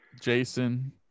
Jason